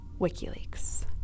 WikiLeaks